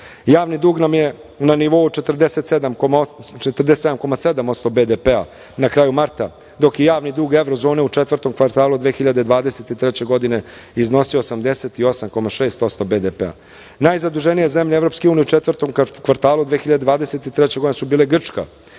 Javni dug nam je na nivou 47,7% BDP-a na kraju marta, dok je javni dug evrozone u četvrtom kvartalu 2023. godine iznosio 88,6% BDP-a. Najzaduženija zemlja Evropske unije u četvrtom kvartalu 2023. godine su bile Grčka,